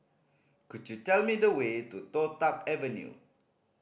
could you tell me the way to Toh Tuck Avenue